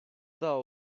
daha